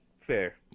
fair